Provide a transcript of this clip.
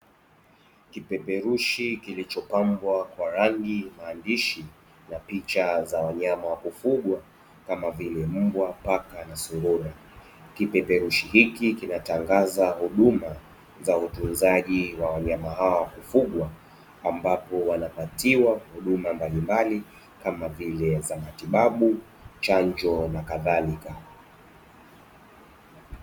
Kipeperushi kilichopambwa kwa rangi, maandishi na picha za wanyama wa kufugwa kama vile: mbwa, paka na sungura. Kipeperushi hiki kinatangaza huduma za utunzaji wa wanyama hao wa kufugwa ambapo wanapatiwa huduma mbalimbali kama vile za matibabu, chanjo na kadhalika.